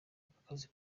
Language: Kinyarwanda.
akazi